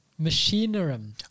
Machinarium